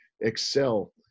excel